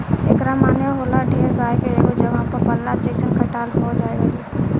एकरा माने होला ढेर गाय के एगो जगह पर पलाल जइसे की खटाल हो गइल